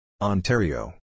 Ontario